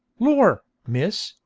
lor', miss!